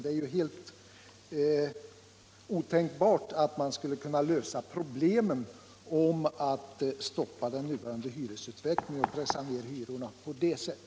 Det är helt otänkbart att man skulle kunna stoppa den nuvarande hyresutvecklingen och pressa ned hyrorna på det sättet.